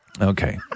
Okay